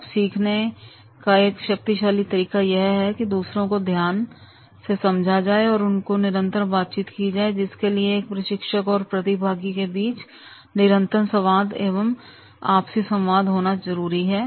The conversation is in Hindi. अब सीखने का एक शक्तिशाली तरीका यह है कि दूसरों को ध्यान से समझा जाए और उनसे निरंतर बातचीत की जाए जिसके लिए एक प्रशिक्षक और प्रतिभागी के बीच निरंतर संवाद एवं आपसी संवाद होना चाहिए